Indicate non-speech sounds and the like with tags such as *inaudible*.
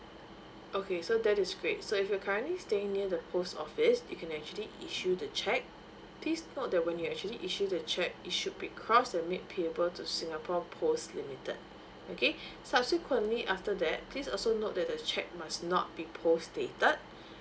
okay so that is great so if you're currently staying near the post office you can actually issue the cheque please note that when you actually issue the cheque it should be cross the made payable to singapore post limited okay *breath* subsequently after that please also note that the cheque must not be post stated